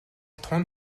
тун